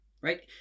right